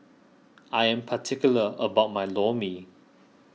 I am particular about my Lor Mee